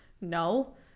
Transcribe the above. no